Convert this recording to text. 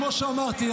כמו שאמרתי,